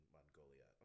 Mongolia